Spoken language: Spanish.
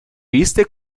viste